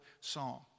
song